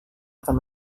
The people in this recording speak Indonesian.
akan